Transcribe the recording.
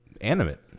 animate